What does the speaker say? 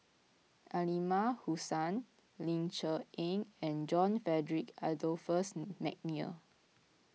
Aliman Hassan Ling Cher Eng and John Frederick Adolphus McNair